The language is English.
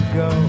go